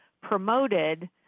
promoted